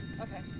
Okay